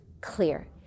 clear